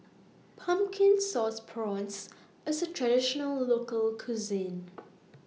Pumpkin Sauce Prawns IS A Traditional Local Cuisine